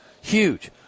Huge